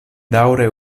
daŭre